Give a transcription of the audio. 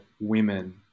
women